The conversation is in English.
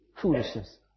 foolishness